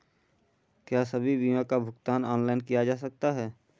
क्या सभी बीमा का भुगतान ऑनलाइन किया जा सकता है?